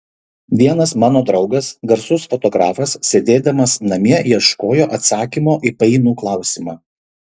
vienas mano draugas garsus fotografas sėdėdamas namie ieškojo atsakymo į painų klausimą